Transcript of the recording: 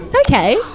Okay